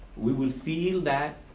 we will feel that